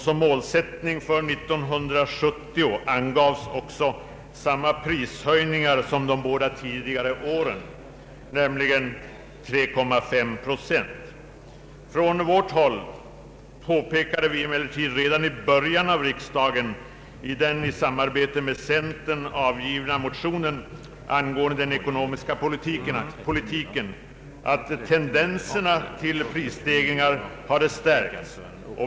Som målsättning för 1970 angavs också samma prishöjningar som de båda tidigare åren, nämligen 3,5 procent. Från vårt håll påpekade vi emellertid redan i början av riksdagen i den i samarbete med centern avgivna motionen angående den ekonomiska politiken att tendenserna till prisstegringar hade stärkts.